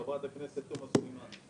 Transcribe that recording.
חברת הכנסת תומא סלימאן.